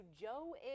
Joe